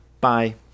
Bye